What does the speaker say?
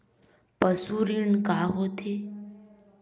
पशु ऋण का होथे?